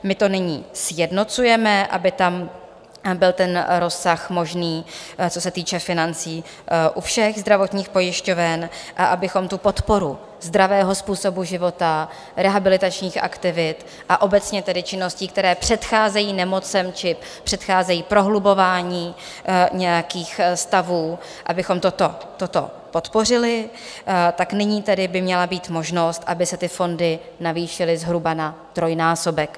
My to nyní sjednocujeme, aby tam byl ten rozsah možný, co se týče financí, u všech zdravotních pojišťoven a abychom tu podporu zdravého způsobu života, rehabilitačních aktivit a obecně činností, které předcházejí nemocem či předcházejí prohlubování nějakých stavů, abychom toto podpořili, tak nyní tedy by měla být možnost, aby se ty fond navýšily zhruba na trojnásobek.